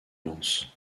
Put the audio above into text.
lens